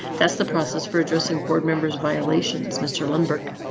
that's the process for addressing board members violations. mr lumbergh,